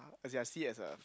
uh as in I see it as a